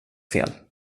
fel